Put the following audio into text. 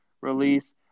release